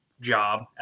job